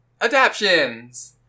adaptions